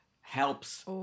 helps